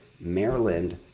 Maryland